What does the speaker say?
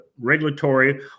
regulatory